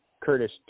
Curtis